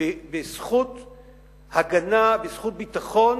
בזכות ההגנה, בזכות הביטחון